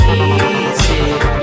easy